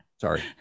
sorry